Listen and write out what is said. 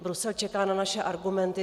Brusel čeká na naše argumenty.